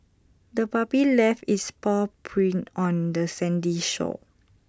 the puppy left its paw prints on the sandy shore